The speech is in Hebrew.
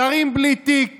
שרים בלי תיק